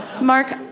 Mark